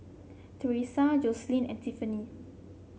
Teresa Joseline and Tiffany